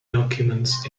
documents